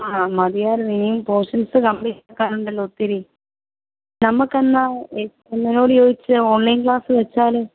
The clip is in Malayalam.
ആ മതിയായിരുന്നു ഇനിയും പോർഷൻസ് കംപ്ലീറ്റ് ആക്കാനുണ്ടല്ലോ ഒത്തിരി നമുക്ക് എന്നാൽ എച്ച് എമ്മിനോട് ചോദിച്ച് ഓൺലൈൻ ക്ലാസ് വെച്ചാലോ